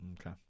Okay